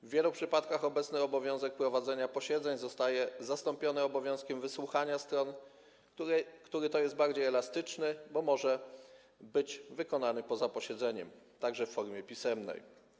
W wielu przypadkach obecny obowiązek prowadzenia posiedzeń zostaje zastąpiony obowiązkiem wysłuchania stron, który jest bardziej elastyczny, bo może być wykonany poza posiedzeniem, także w formie pisemnej.